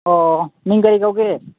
ꯑꯣ ꯃꯤꯡ ꯀꯔꯤ ꯀꯧꯒꯦ